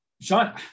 Sean